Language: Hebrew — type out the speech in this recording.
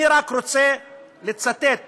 אני רק רוצה לצטט